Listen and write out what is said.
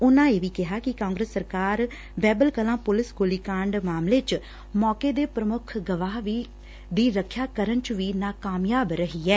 ਉਨੂਾ ਇਹ ਵੀ ਕਿਹਾ ਕਿ ਕਾਂਗਰਸ ਸਰਕਾਰ ਬਹਿਬਲ ਕਲਾਂ ਪੁਲਿਸ ਗੋਲੀਕਾਂਡ ਮਾਮਲੇ ਚ ਮੌਕੇ ਦੇ ਪ੍ਰਮੁੱਖ ਗਵਾਹ ਦੀ ਰਖਿਆ ਕਰਨ ਚ ਵੀ ਨਾਕਾਮਯਾਬ ਰਹੀ ਐ